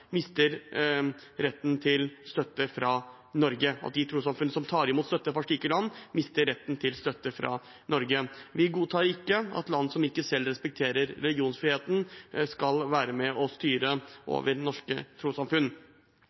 mister retten til støtte fra Norge, altså at de trossamfunn som tar imot støtte fra slike land, mister retten til støtte fra Norge. Vi godtar ikke at land som ikke selv respekterer religionsfriheten, skal være med og styre over norske trossamfunn.